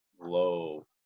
low